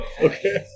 Okay